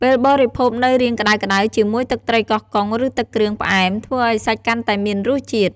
ពេលបរិភោគនៅរាងក្ដៅៗជាមួយទឹកត្រីកោះកុង ឬទឹកគ្រឿងផ្អែម ធ្វើឱ្យសាច់កាន់តែមានរសជាតិ។